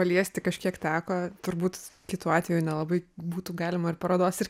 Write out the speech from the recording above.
paliesti kažkiek teko turbūt kitu atveju nelabai būtų galima ir parodos ir